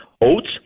oats